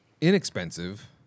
inexpensive